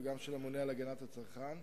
וגם של הממונה על הגנת הצרכן.